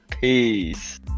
Peace